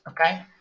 Okay